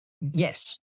Yes